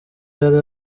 yari